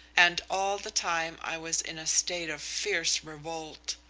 and all the time i was in a state of fierce revolt.